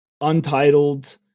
Untitled